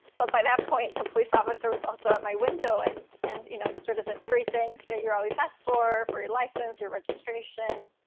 but by that point, the police officer was also at my window. and, and you know, sort of the three things that you're always asked for or your license, your registration,